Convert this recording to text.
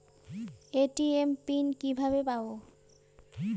ATM PIN কিভাবে পাবো?